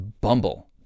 Bumble